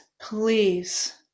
please